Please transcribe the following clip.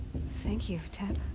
thank you, teb.